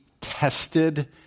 tested